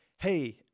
Hey